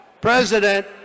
president